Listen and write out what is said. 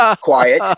quiet